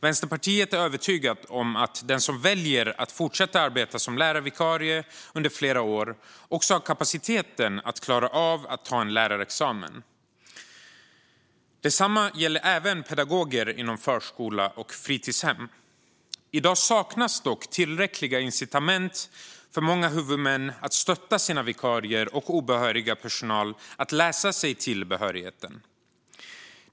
Vänsterpartiet är övertygat om att den som väljer att fortsätta arbeta som lärarvikarie under flera år också har kapaciteten att klara av att ta en lärarexamen. Detsamma gäller även pedagoger inom förskola och fritidshem. I dag saknas dock tillräckliga incitament för många huvudmän att stötta sina vikarier och obehörig personal att läsa sig till behörighet.